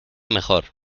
mejor